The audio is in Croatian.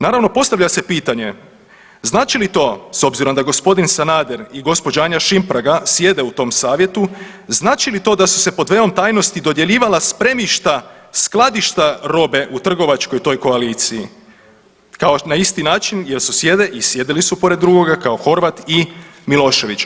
Naravno postavlja se pitanje, znači li to s obzirom da g. Sanader i gospođa Anja Šimpraga sjede u tom savjetu, znači li to da su se pod velom tajnosti dodjeljivala spremišta, skladišta robe u trgovačkoj toj koaliciji, kao na isti način jel su sjede i sjedili su pored drugoga kao Horvat i Milošević?